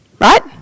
right